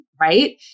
right